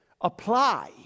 apply